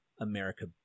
America